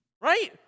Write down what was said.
Right